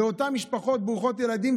לאותן משפחות ברוכות ילדים,